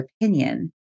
opinion